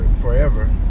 forever